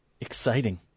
exciting